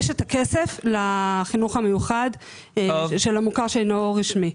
יש את הכסף לחינוך המיוחד של המוכר שאינו רשמי,